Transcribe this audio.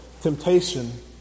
temptation